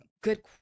good